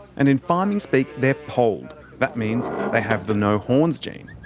and in farming speak, they're polled that means they have the no-horns gene.